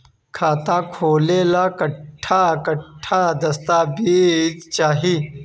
खाता खोले ला कट्ठा कट्ठा दस्तावेज चाहीं?